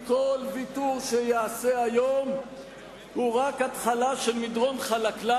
כל ויתור שייעשה היום הוא רק התחלה של מדרון חלקלק